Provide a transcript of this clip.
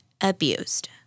abused